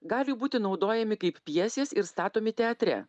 gali būti naudojami kaip pjesės ir statomi teatre